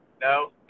No